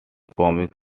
comic